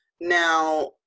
Now